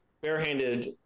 barehanded